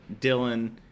Dylan